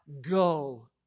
go